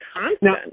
constant